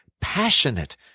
passionate